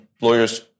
lawyers